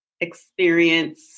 experience